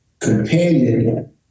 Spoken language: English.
companion